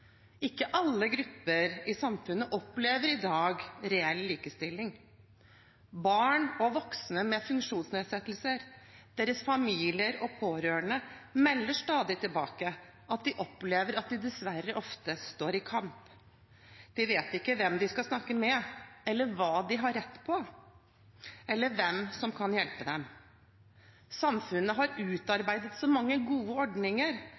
Ikke alle grupper i samfunnet opplever i dag reell likestilling. Barn og voksne med funksjonsnedsettelser, deres familier og pårørende melder stadig tilbake at de opplever at de dessverre ofte står i kamp. De vet ikke hvem de skal snakke med, eller hva de har rett på, eller hvem som kan hjelpe dem. Samfunnet har utarbeidet så mange gode ordninger,